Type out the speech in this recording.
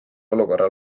olukorra